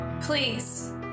please